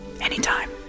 Anytime